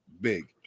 big